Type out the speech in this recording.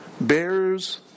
bears